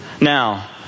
Now